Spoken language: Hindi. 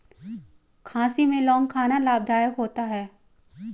खांसी में लौंग खाना लाभदायक होता है